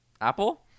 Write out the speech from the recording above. Apple